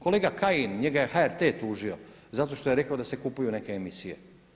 Kolega Kajin, njega je HRT tužio zato što je rekao da se kupuju neke emisije.